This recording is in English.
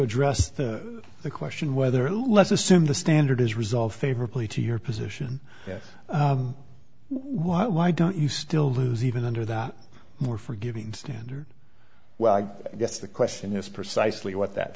address the question whether let's assume the standard is resolved favorably to your position why why don't you still lose even under that more forgiving standard well i guess the question is precisely what that